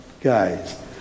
guys